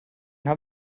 habe